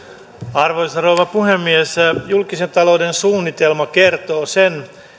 arvoisa rouva puhemies julkisen talouden suunnitelma kertoo sen